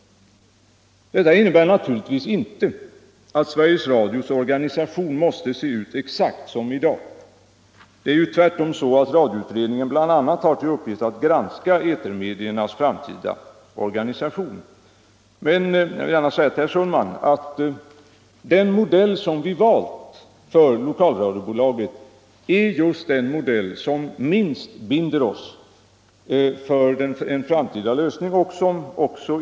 Detta innebär naturligtvis inte att Sveriges Radios organisation måste se ut exakt som i dag. Det är ju tvärtom så att radioutredningen bl.a. har till uppgift att granska etermediernas framtida organisation. Men jag vill gärna säga till herr Sundman att den modell som vi valt för lokalradiobolaget är just den modell som minst binder oss för en framtida lösning.